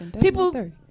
people